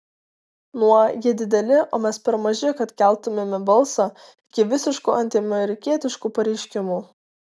nuo jie dideli o mes per maži kad keltumėme balsą iki visiškų antiamerikietiškų pareiškimų